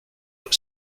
but